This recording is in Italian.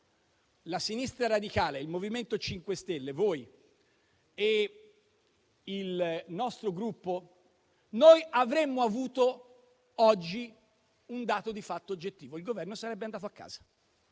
la sinistra radicale, il MoVimento 5 Stelle, voi e il nostro Gruppo, noi avremmo avuto oggi un dato di fatto oggettivo: il Governo sarebbe andato a casa.